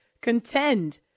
contend